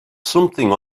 something